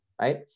right